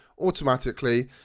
automatically